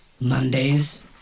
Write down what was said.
Monday's